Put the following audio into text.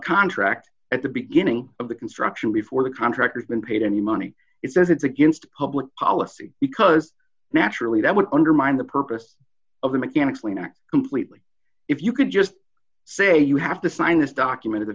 contract at the beginning of the construction before the contractor's been paid any money it says it's against public policy because naturally that would undermine the purpose of the mechanic's lien act completely if you could just say you have to sign this document